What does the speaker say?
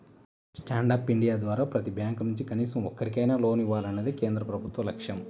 stand up India ద్వారా ప్రతి bank నుంచి కనీసం ఒక్కరికైనా లోన్ ఇవ్వాలన్నదే కేంద్ర ప్రభుత్వ లక్ష్యం